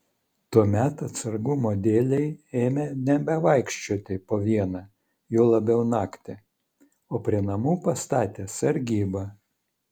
tuomet atsargumo dėlei ėmė nebevaikščioti po vieną juo labiau naktį o prie namų pastatė sargybą